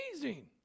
amazing